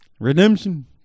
Redemption